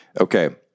Okay